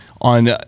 on